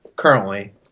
Currently